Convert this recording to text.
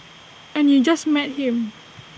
and you just met him